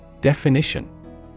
Definition